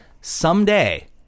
someday